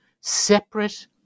separate